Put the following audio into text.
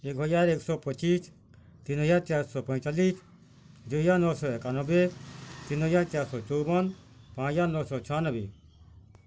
ଏକ ହଜାର ଏକ ଶହ ପଚିଶ ତିନି ହଜାର ଚାରି ଶହ ପଇଁଚାଳିଶ ଦୁଇ ହଜାର ନଅ ଶହ ଏକାନବେ ତିନି ହଜାର ଚାରି ଶହ ଚଉବନ ପାଞ୍ଚ ହଜାର ନଅ ଶହ ଛୟାନବେ